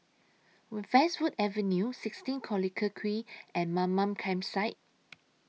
Wood Westwood Avenue sixteen Collyer Quay and Mamam Campsite